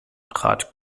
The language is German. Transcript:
rat